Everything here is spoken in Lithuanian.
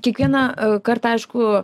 kiekvieną kartą aišku